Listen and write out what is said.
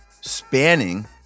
spanning